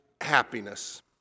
happiness